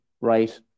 right